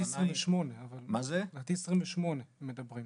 לדעתי 2028, כך מדברים.